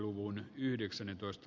arvoisa puhemies